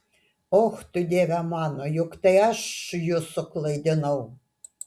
och tu dieve mano juk tai aš jus suklaidinau